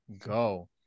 go